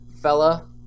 fella